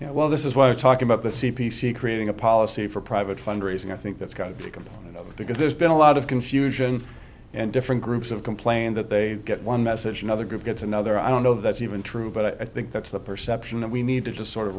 now well this is why we're talking about the c p c creating a policy for private fundraising i think that's got a component of it because there's been a lot of confusion and different groups have complained that they get one message another group gets another i don't know that's even true but i think that's the perception that we need to just sort of